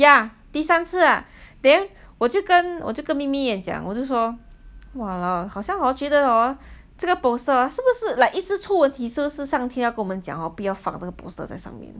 ya 第三次 lah then 我就跟眯眯眼讲我就说 !walao! 好像 hor 觉得 hor 这个 poster 是不是 like 一直出问题是不是上天要跟我们讲 hor 不要放着个 poster 在上面